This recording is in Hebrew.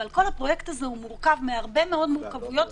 אבל כל הפרויקט הזה מורכב מהרבה מאוד מורכבויות,